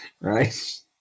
Right